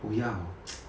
oh ya hor